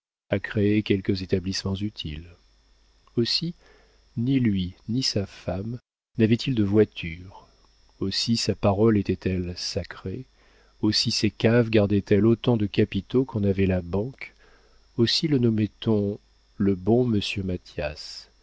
à créer quelques établissements utiles aussi ni lui ni sa femme n'avaient-ils de voiture aussi sa parole était-elle sacrée aussi ses caves gardaient elles autant de capitaux qu'en avait la banque aussi le nommait on le bon monsieur mathias